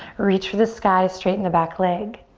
reach for the sky, straighten the back leg.